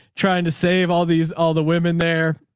trying to save all these, all the women there,